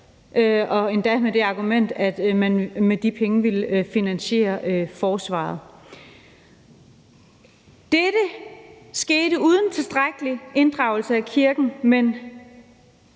og endda med det argument, at man med de penge ville finansiere forsvaret. Dette skete uden tilstrækkelig inddragelse af kirken, men